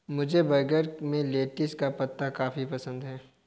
मुझे बर्गर में लेटिस का पत्ता काफी पसंद है